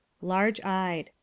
Large-eyed